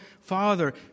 Father